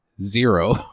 zero